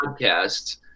podcasts